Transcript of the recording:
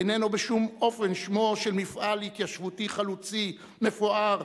איננו בשום אופן שמו של מפעל התיישבותי חלוצי מפואר,